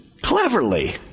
cleverly